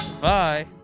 Bye